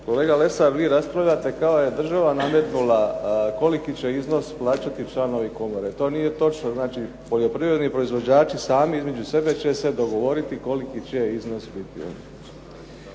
Kolega Lesar vi raspravljate kao da je država nametnula koliki će iznos plaćati članovi komore. To nije točno. Znači, poljoprivredni proizvođači sami između sebe će se dogovoriti koliki će iznos biti.